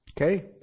Okay